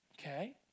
Okay